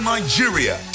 Nigeria